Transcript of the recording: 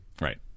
Right